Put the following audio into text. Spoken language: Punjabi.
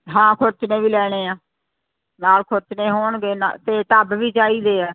ਹਾਂ ਖੁਰਚਣੇ ਵੀ ਲੈਣੇ ਆ ਨਾਲ ਖੁਰਚਣੇ ਹੋਣਗੇ ਅਤੇ ਟੱਬ ਵੀ ਚਾਹੀਦੇ ਆ